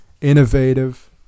innovative